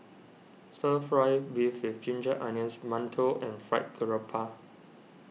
Stir Fry Beef with Ginger Onions Mantou and Fried Garoupa